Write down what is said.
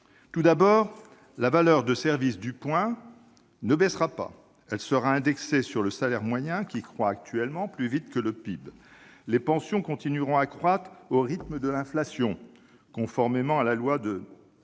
tout d'abord que la valeur de service du point ne baissera pas. Elle sera indexée sur le salaire moyen, qui croît actuellement plus vite que le PIB. Les pensions continueront à augmenter au rythme de l'inflation, conformément à la loi de